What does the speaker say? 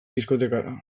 diskotekara